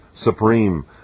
supreme